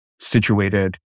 situated